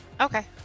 Okay